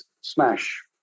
smash